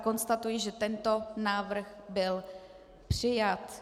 Konstatuji, že tento návrh byl přijat.